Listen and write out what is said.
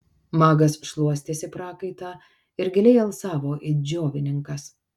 magas šluostėsi prakaitą ir gailiai alsavo it džiovininkas